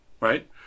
right